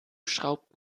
schraubt